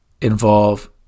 involve